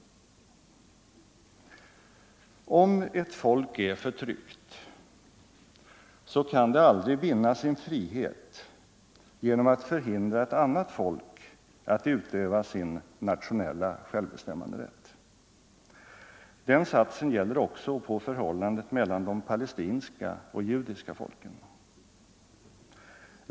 Om ett folk är förtryckt så kan det aldrig vinna sin frihet genom att förhindra ett annat folk att utöva sin nationella självbestämmanderätt. Den satsen gäller också på förhållandet mellan de palestinska och judiska folken.